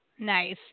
Nice